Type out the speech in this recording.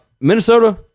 Minnesota